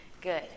Good